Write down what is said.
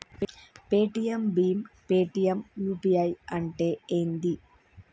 Paytm భీమ్ Paytm UPI అంటే ఏంది?